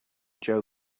joe